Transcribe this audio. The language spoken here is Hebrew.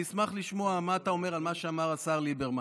אני אשמח לשמוע מה אתה אומר על מה שאמר השר ליברמן.